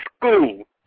school